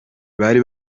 bari